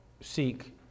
seek